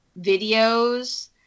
videos